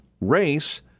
race